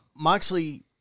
Moxley